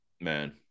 Man